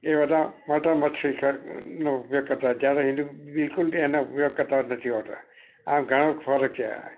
એ બધા મટન મચ્છી નો ઉપયોગ કરતાં હોય જ્યારે હિન્દુ બિલકુલ તે એનો ઉપયોગ કરતાં જ નથી હોતા આમ ઘણાનો ફરક છે આ